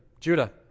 Judah